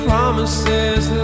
promises